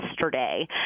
yesterday